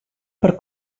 per